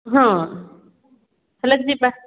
ହଁ ହେଲେ ଯିବା